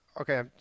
Okay